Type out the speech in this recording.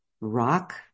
rock